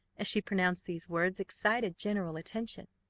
as she pronounced these words, excited general attention.